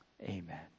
Amen